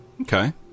Okay